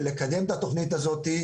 -- לקדם את התוכנית הזאת,